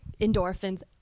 endorphins